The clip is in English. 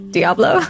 Diablo